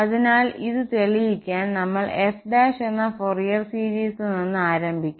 അതിനാൽ ഇത് തെളിയിക്കാൻ നമ്മൾ f എന്ന ഫോറിയെർ സീരിസിൽ നിന്ന് ആരംഭിക്കും